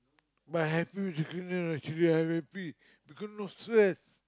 but I happy with the cleaner lah should be I happy because no swear